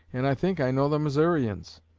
and i think i know the missourians.